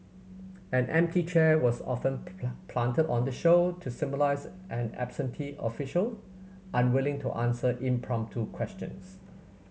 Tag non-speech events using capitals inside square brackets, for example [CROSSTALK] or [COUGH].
an empty chair was often [UNINTELLIGIBLE] planted on the show to symbolise an absentee official unwilling to answer impromptu questions